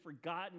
forgotten